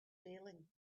failing